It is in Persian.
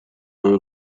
همه